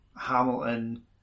Hamilton